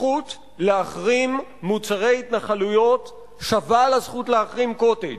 הזכות להחרים מוצרי התנחלויות שווה לזכות להחרים "קוטג'",